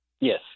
Yes